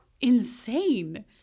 insane